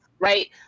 right